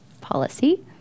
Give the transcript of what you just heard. policy